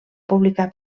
publicar